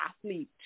athlete